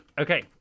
okay